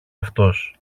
αυτός